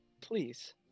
Please